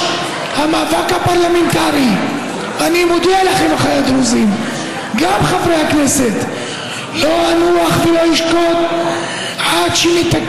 אני מכיר אחד כזה שהילד שלו נפגע לפני 20 שנה מחיסון והוא עד היום נכה